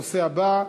הנושא הבא: